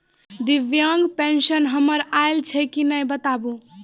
दिव्यांग पेंशन हमर आयल छै कि नैय बताबू?